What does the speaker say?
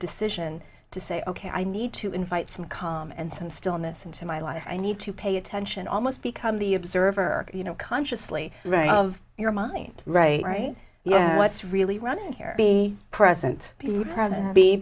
decision to say ok i need to invite some calm and some stillness into my life i need to pay attention almost become the observer you know consciously right out of your mind right you know what's really running here be present be